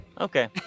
Okay